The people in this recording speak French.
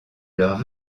leurs